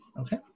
Okay